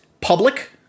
public